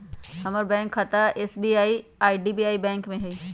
हमर बैंक खता एस.बी.आई आऽ आई.डी.बी.आई बैंक में हइ